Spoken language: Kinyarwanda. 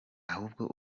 ahubwo